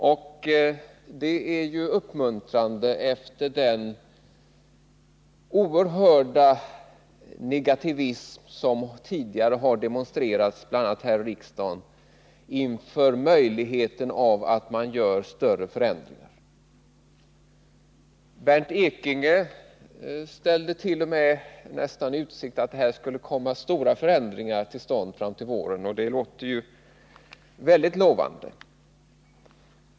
Och det är uppmuntrande efter den oerhörda negativism som tidigare har demonstrerats, bl.a. här i riksdagen, inför möjligheten att göra större förändringar. Bernt Ekinge ställde t.o.m. nästan i utsikt att det skulle komma stora förändringar till stånd fram mot våren, och det låter mycket lovande.